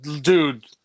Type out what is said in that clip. dude